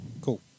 cool